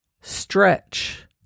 stretch